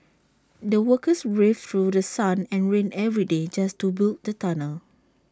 the workers braved through sun and rain every day just to build the tunnel